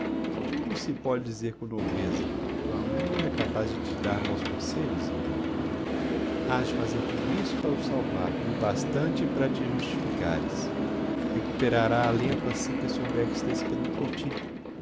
tudo se pode dizer com nobreza tua mãe não era capaz de te dar maus conselhos zina has de fazer tudo isso para o salvar e o bastante para te justificares recuperará alento assim que souber que está esperando por ti